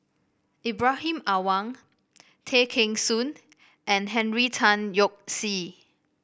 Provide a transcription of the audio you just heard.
Ibrahim Awang Tay Kheng Soon and Henry Tan Yoke See